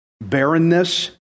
barrenness